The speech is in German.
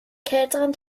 kälteren